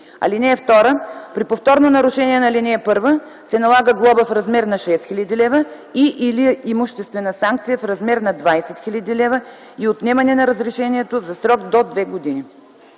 лв. (3) При повторно нарушение по ал. 1 се налага глоба в размер на 2000 лв. и/или имуществена санкция в размер на 20 000 лв. и отнемане на разрешението за срок до една година.”